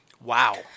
wow